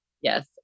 Yes